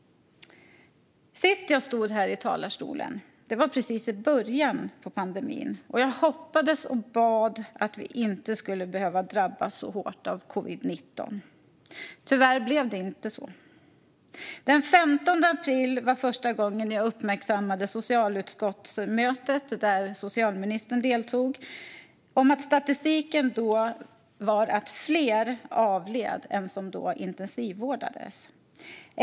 Sist jag stod här i talarstolen var precis i början av pandemin, och jag hoppades och bad att vi inte skulle behöva drabbas så hårt av covid-19. Tyvärr blev det inte så. Den 15 april uppmärksammade jag för första gången socialutskottsmötet, där socialministern deltog, på att statistiken då visade att det var fler som avled än som intensivvårdades.